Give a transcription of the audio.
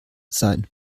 sein